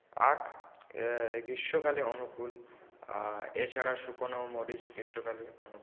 আঁখ গ্রীষ্মকালে অনুকূল এছাড়া শুকনো মরিচ গ্রীষ্মকালে অনুকূল